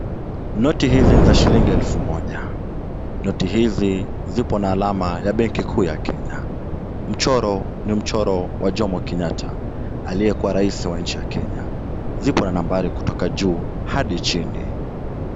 Noti hizi ni za shilingi elfu moja. Noti hizi zipo na alama ya benki kuu ya Kenya. Mchoro ni mchoro wa Jomo kenyatta aliyekuwa rais wa nchi ya Kenya. Zipo na nambari kutoka juu hadi chini .